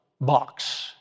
box